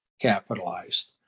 capitalized